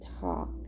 talk